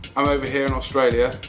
um over here in australia,